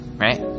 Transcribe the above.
right